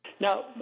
Now